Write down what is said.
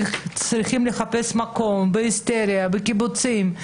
שצריכות לחפש בהיסטריה מקום בקיבוצים.